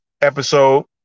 episode